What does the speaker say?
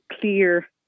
clear